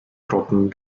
trocken